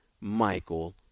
Michael